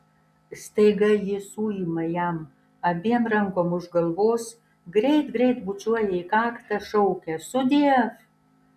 staiga ji suima jam abiem rankom už galvos greit greit bučiuoja į kaktą šaukia sudiev